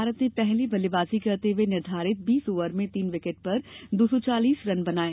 भारत ने पहले बल्लेबाजी करते हुए निर्धारित बीस ओवर में तीन विकेट पर दो सौ चालीस रन बनाए